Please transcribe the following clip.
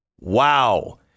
Wow